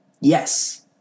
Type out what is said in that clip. Yes